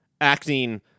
acting